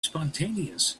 spontaneous